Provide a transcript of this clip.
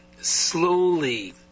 slowly